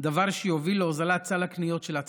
דבר שיוביל להוזלת סל הקניות של הצרכן.